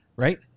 Right